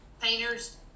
painters